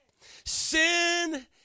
Sin